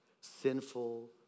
sinful